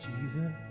Jesus